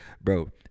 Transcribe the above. bro